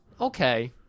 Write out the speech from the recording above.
Okay